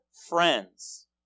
friends